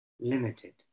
limited